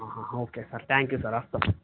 okay sir thank you sir వస్తాను